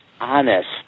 honest